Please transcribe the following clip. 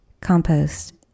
compost